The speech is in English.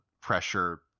pressure